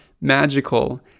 magical